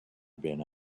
been